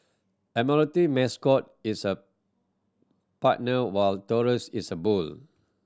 admiralty mascot is a partner while Taurus is a bull